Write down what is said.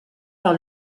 par